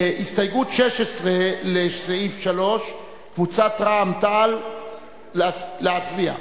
הסתייגות 16 לסעיף 3, קבוצת רע"ם-תע"ל, להצביע.